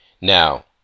now